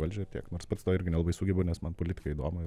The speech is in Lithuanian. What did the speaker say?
valdžią ir tiek nors pats to irgi nelabai sugebu nes man politika įdomu